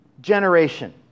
generation